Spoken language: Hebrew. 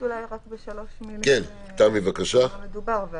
רציתי להעיר בשלוש מילים במה מדובר.